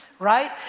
right